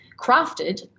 crafted